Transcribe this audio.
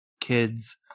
kids